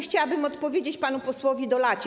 Chciałabym odpowiedzieć panu posłowi Dolacie.